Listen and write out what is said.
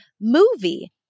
movie